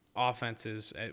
offenses